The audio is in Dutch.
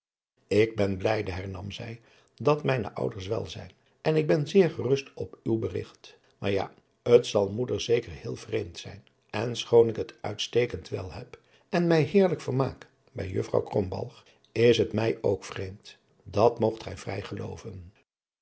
ik ben blijde hernam zij dat mijne ouders wel zijn en ik ben zeer gerust op uw beadriaan loosjes pzn het leven van hillegonda buisman rigt maar ja t zal moeder zeker heel vreemd zijn en schoon ik het uitstekend wel heb en mij heerlijk vermaak bij juffrouw krombalg is het mij ook vreemd dat moogt gij vrij gelooven